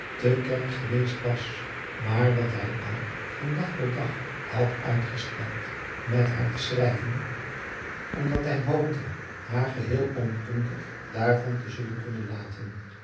te kerk geweest was maar dat hij al van dag tot dag had uitgesteld met haar te schrijven omdat hij hoopte haar geheel onkundig daar van te zullen kunnen laten